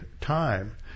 time